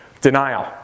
Denial